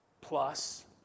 plus